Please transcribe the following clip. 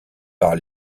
par